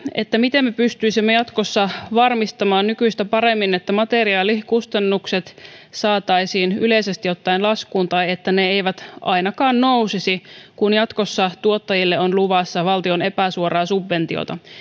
miten me pystyisimme jatkossa varmistamaan nykyistä paremmin että materiaalikustannukset saataisiin yleisesti ottaen laskuun tai että ne eivät ainakaan nousisi kun jatkossa tuottajille on luvassa valtion epäsuoraa subventiota